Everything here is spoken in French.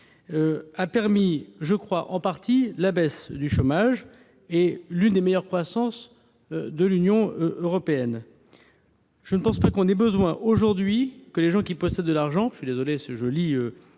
a permis, je crois, en partie la baisse du chômage et l'une des meilleures croissances de l'Union européenne. [...]« On a besoin aujourd'hui que les gens qui possèdent de l'argent- pardonnez-moi le